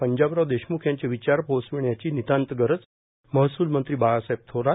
पंजाबराव देशमुख यांचे विचार पोहोचविण्याची नितांत गरज महसूल मंत्री बाळासाहेब थोरात